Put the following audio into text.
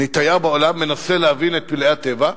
אני תייר בעולם, מנסה להבין את פלאי הטבע.